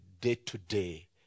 day-to-day